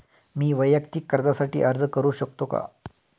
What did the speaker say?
मी वैयक्तिक कर्जासाठी अर्ज करू शकतो का?